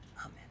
amen